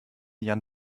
jan